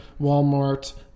Walmart